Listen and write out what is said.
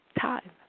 time